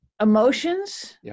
Emotions